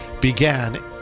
began